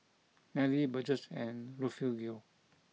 Nelly Burgess and Refugio